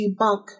debunk